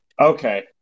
Okay